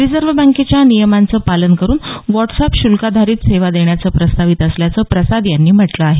reserve बँकेच्या नियमांचं पालन करून व्हाटसअॅप शुल्काधारित सेवा देण्याचं प्रस्तावित असल्याचं प्रसाद यांनी म्हटलं आहे